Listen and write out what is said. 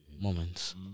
moments